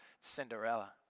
cinderella